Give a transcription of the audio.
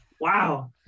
Wow